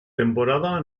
temporada